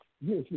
Yes